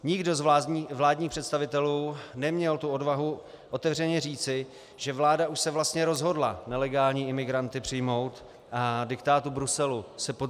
Nikdo z vládních představitelů neměl tu odvahu otevřeně říci, že vláda už se vlastně rozhodla nelegální imigranty přijmout a diktátu Bruselu se podřídit.